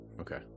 Okay